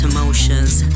Emotions